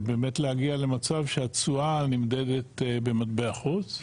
ובאמת להגיע למצב שהתשואה נמדדת במטבע חוץ.